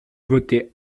voter